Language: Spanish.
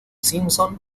simpson